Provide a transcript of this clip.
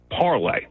parlay